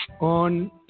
On